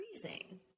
freezing